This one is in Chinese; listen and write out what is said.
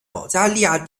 保加利亚